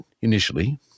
initially